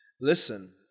Listen